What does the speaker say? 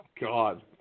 God